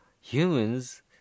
Humans